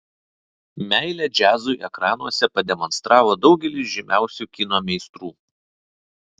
meilę džiazui ekranuose pademonstravo daugelis žymiausių kino meistrų